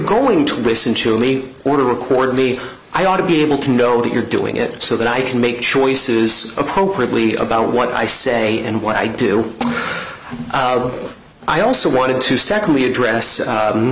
going to race in chile or to record me i ought to be able to know that you're doing it so that i can make choices appropriately about what i say and what i do i also wanted to secondly address